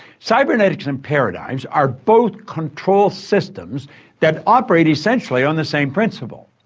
cybernetics and paradigms are both control systems that operate essentially on the same principle.